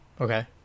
Okay